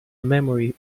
memory